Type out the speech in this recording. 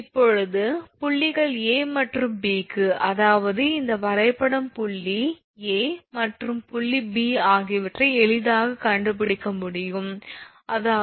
இப்போது புள்ளிகள் 𝐴 மற்றும் B க்கு அதாவது இந்த வரைபடம் புள்ளி A மற்றும் புள்ளி B ஆகியவற்றை எளிதாகக் கண்டுபிடிக்க முடியும் அதாவது ℎ 40 𝑚